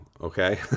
okay